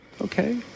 okay